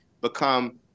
become